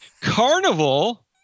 Carnival